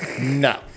No